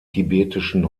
tibetischen